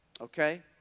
okay